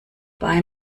bei